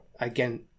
again